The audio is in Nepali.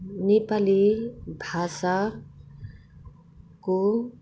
नेपाली भाषाको